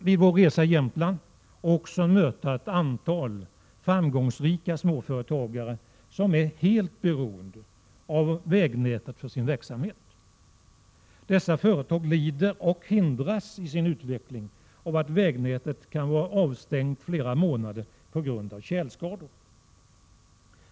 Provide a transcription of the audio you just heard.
Vid vår resa i Jämtland fick vi också möta ett antal framgångsrika småföretagare som är helt beroende av vägnätet för sin verksamhet. Deras företag lider och hindras i sin utveckling av att vägnätet kan vara avstängt i flera månader på grund av tjälskador.